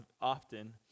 often